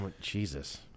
Jesus